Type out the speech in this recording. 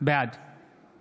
בעד